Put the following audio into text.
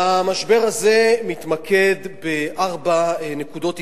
והמשבר הזה מתמקד בארבע נקודות עיקריות.